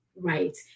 right